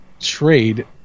trade